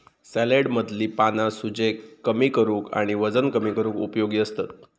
सॅलेडमधली पाना सूजेक कमी करूक आणि वजन कमी करूक उपयोगी असतत